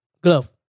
Glove